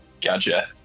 gotcha